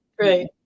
Right